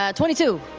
ah twenty two,